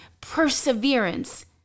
perseverance